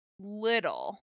little